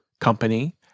company